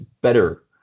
better